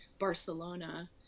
Barcelona